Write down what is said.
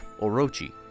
Orochi